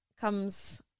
comes